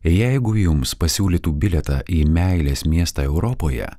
jeigu jums pasiūlytų bilietą į meilės miestą europoje